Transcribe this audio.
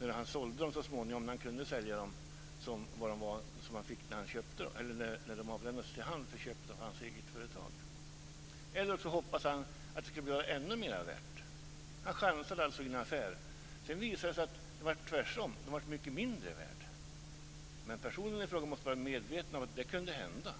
när han så småningom kunde sälja dem som de var när de överlämnades till honom vid köpet av hans eget företag. Eller också hoppades han att de skulle bli ännu mer värda. Han chansade i en affär. Sedan visade det sig att det blev tvärtom, de blev mycket mindre värda. Personen i fråga måste ha varit medveten om att det kunde hända.